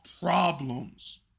problems